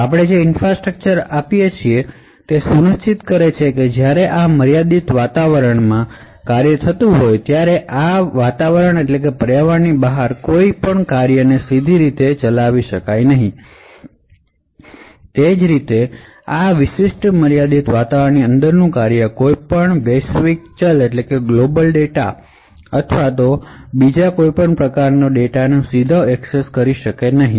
આપણે જે ઈન્ફ્રાસ્ટ્રક્ચર પ્રદાન કરીએ છીએ તે સુનિશ્ચિત કરશે કે જ્યારે આ મર્યાદિત વાતાવરણમાં ચાલતું ફંકશન આ વાતાવરણની બહારના કોઈપણ ફંકશનને સીધી રીતે બોલાવી શકતું નથી તે જ રીતે આ મર્યાદિત વાતાવરણની અંદરનું ફંકશન આ મર્યાદિત વિસ્તારની બહારના કોઈપણ ગ્લોબલ ડેટા અથવા હિપ ડેટાનો સીધો એક્સેસ કરી શકશે નહીં